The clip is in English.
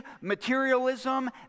materialism